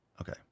Okay